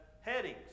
headings